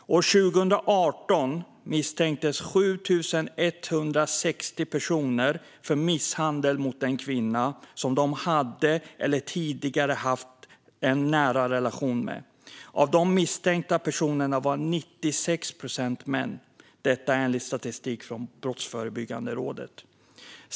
År 2018 misstänktes 7 160 personer ha misshandlat en kvinna som de hade eller tidigare hade haft en nära relation med. Av de misstänkta personerna var 96 procent män, enligt statistik från Brottsförebyggande rådet.